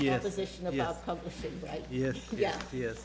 yes yes yes yes